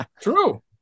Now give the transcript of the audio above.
True